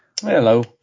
Hello